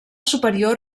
superior